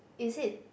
is it